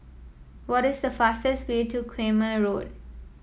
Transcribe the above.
what is the fastest way to Quemoy Road